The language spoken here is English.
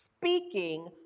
speaking